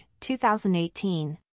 2018